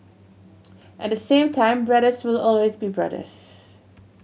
at the same time brothers will always be brothers